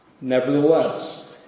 Nevertheless